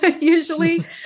usually